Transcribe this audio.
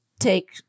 take